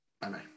Bye-bye